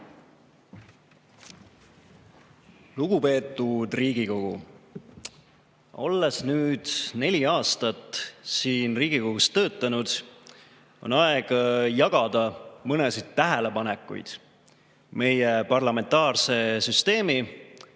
Lugupeetud Riigikogu! Olles nüüd neli aastat siin Riigikogus töötanud, on aeg jagada mõnda tähelepanekut meie parlamentaarse süsteemi